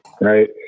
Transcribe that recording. right